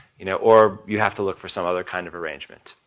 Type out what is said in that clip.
you know, or you have to look for some other kind of arrangement.